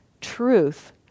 truth